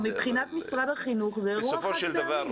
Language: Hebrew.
מבחינת משרד החינוך זה אירוע חד-פעמי.